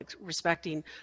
respecting